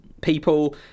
people